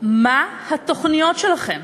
מה התוכניות שלכם?